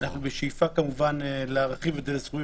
אנחנו בשאיפה כמובן להרחיב את זה לסכומים